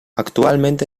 actualmente